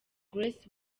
grace